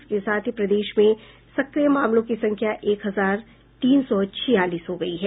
इसके साथ ही प्रदेश में सक्रिय मामलों की संख्या एक हजार तीन सौ छियालीस हो गई है